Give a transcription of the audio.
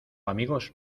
amigos